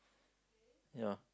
yeah